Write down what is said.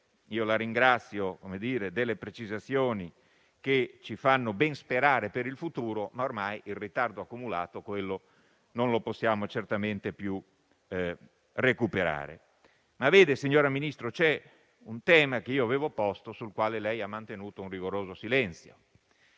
la ringrazio delle precisazioni che ci fanno ben sperare per il futuro, ma ormai il ritardo accumulato è quello che è, non lo possiamo certamente più recuperare. Signora Ministro, c'è un tema che avevo posto sul quale lei ha mantenuto un rigoroso silenzio